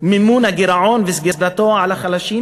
מימון הגירעון וסגירתו על החלשים,